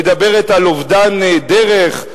מדברת על אובדן דרך,